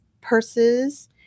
purses